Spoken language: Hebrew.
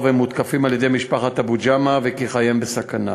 הם מותקפים על-ידי משפחת אבו ג'אמע וכי חייהם בסכנה.